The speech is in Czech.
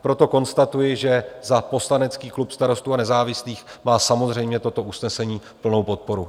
Proto konstatuji, že za poslanecký klub Starostů a nezávislých má samozřejmě toto usnesení plnou podporu.